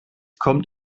kommt